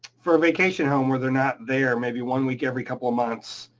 for a vacation home where they're not there, maybe one week every couple of months,